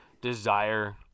desire